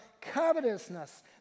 covetousness